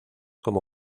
como